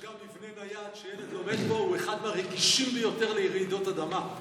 אתה יודע שגם מבנה נייד שילד לומד בו הוא אחד מהרגישים לרעידות אדמה.